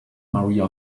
maria